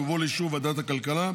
יובאו לאישור ועדת הכלכלה,